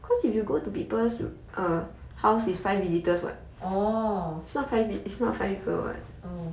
orh oh